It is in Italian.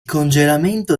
congelamento